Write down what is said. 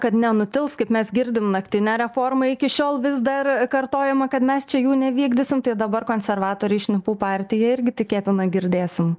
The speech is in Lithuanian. kad nenutils kaip mes girdim naktinę reformą iki šiol vis dar kartojama kad mes čia jų nevykdysim tai dabar konservatoriai šnipų partiją irgi tikėtina girdėsim